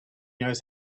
knows